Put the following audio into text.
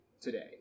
today